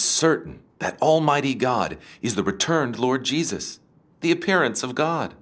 certain that almighty god is the returned lord jesus the appearance of god